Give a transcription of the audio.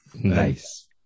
Nice